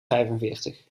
vijfenveertig